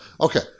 okay